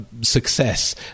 success